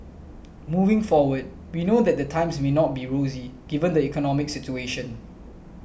moving forward we know that the times may not be rosy given the economic situation